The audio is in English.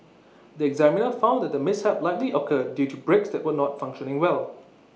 the examiner found that the mishap likely occurred due to brakes that were not functioning well